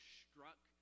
struck